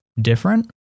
different